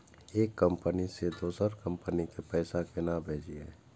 एक कंपनी से दोसर कंपनी के पैसा केना भेजये?